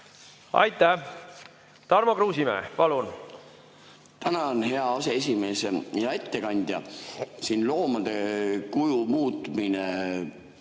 Aitäh! Tarmo Kruusimäe, palun!